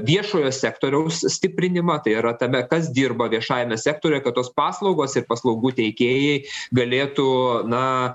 viešojo sektoriaus stiprinimą tai yra tame kas dirba viešajame sektoriuje kad tos paslaugos ir paslaugų teikėjai galėtų na